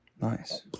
Nice